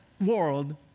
world